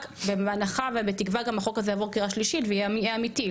רק בהנחה ובתקווה גם שהחוק הזה יעבור בקריאה שלישית ויהיה אמיתי,